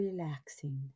relaxing